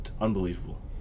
unbelievable